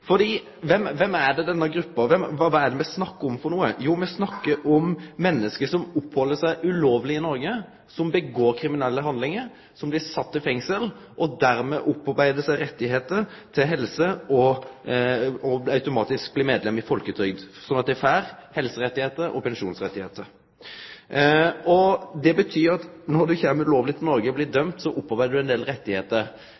Jo, me snakkar om menneske som oppheld seg ulovleg i Noreg, som gjer seg skuldige i kriminelle handlingar, som blir sette i fengsel og dermed opparbeider seg helserettar og automatisk blir medlem i folketrygda, slik at dei får helserettar og pensjonsrettar. Det betyr at når du kjem ulovleg til Noreg og blir